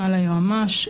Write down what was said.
ליועמ"ש.